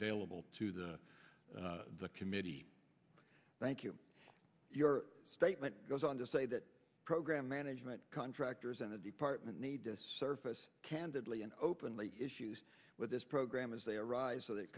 available to the the committee thank you your statement goes on to say that program management contractors and the department need to surface candidly and openly issues with this program as they arise so that